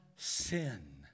Sin